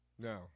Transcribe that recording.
No